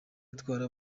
itwara